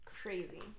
crazy